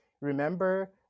Remember